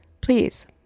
please